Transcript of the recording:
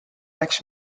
läks